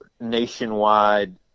nationwide